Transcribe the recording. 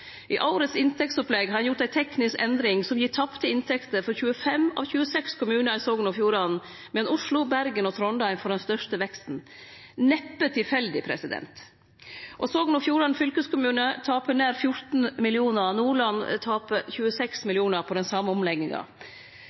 I årets inntektsopplegg er det gjort ei teknisk endring som gir tapte inntekter for 25 av 26 kommunar i Sogn og Fjordane, medan Oslo, Bergen og Trondheim får den største veksten – neppe tilfeldig. Sogn og Fjordane fylkeskommune taper nær 14 mill. kr, og Nordland taper 26 mill. kr på den same omlegginga.